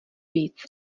víc